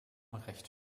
recht